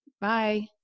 Bye